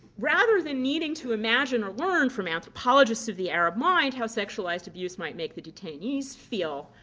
rather than needing to imagine or learn from anthropologists of the arab mind how sexualized abuse might make the detainees feel,